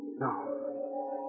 No